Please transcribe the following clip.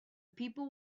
people